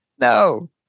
no